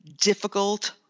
difficult